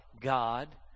God